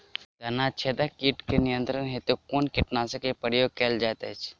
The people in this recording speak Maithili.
तना छेदक कीट केँ नियंत्रण हेतु कुन कीटनासक केँ प्रयोग कैल जाइत अछि?